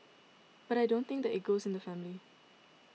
but I don't think that it goes in the family